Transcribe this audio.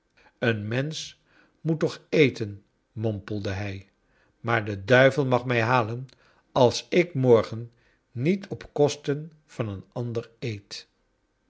een mensch moet toch eten mompelde hij maar de duivel mag mij halen als ik morgen niet op kosten van een ander eet